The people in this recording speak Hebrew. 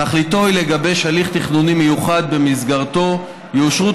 תכליתו היא לגבש הליך תכנוני מיוחד שבמסגרתו יאושרו